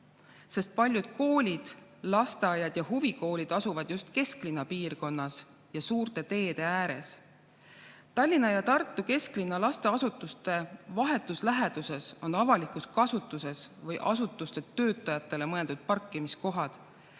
sest paljud koolid, lasteaiad ja huvikoolid asuvad just kesklinna piirkonnas ja suurte teede ääres. Tallinna ja Tartu kesklinna lasteasutuste vahetus läheduses on avalikus kasutuses või asutuste töötajatele mõeldud parkimiskohad,